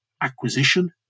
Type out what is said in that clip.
acquisition